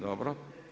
Dobro.